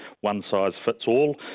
one-size-fits-all